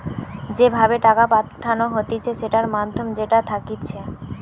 যে ভাবে টাকা পাঠানো হতিছে সেটার মাধ্যম যেটা থাকতিছে